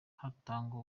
hatangwa